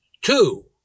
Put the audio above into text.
Two